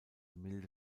milde